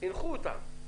הינחו אותם.